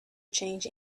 change